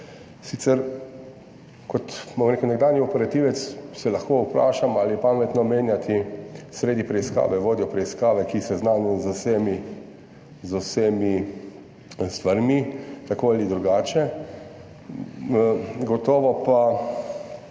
rekel, nekdanji operativec lahko vprašam, ali je pametno menjati sredi preiskave vodjo preiskave, ki je seznanjen z vsemi stvarmi tako ali drugače, gotovo pa